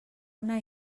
una